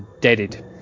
deaded